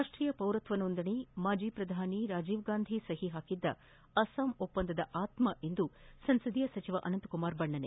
ರಾಷ್ಷೀಯ ಪೌರತ್ವ ನೋಂದಣಿ ಮಾಜಿ ಪ್ರಧಾನಿ ರಾಜೀವ್ಗಾಂಧಿ ಸಹಿ ಹಾಕಿದ್ದ ಅಸ್ವಾಂ ಒಪ್ಪಂದದ ಆತ್ಮವೆಂದು ಸಂಸದೀಯ ಸಚಿವ ಅನಂತಕುಮಾರ್ ಬಣ್ಣನೆ